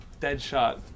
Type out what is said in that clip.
Deadshot